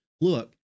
Look